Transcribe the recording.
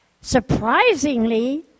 surprisingly